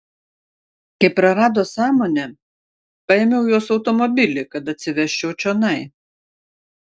kai prarado sąmonę paėmiau jos automobilį kad atsivežčiau čionai